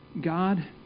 God